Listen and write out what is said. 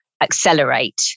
accelerate